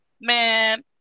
man